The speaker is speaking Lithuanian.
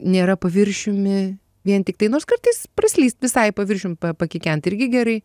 nėra paviršiumi vien tiktai nors kartais praslyst visai paviršium pa pakikent irgi gerai